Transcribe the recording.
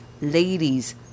ladies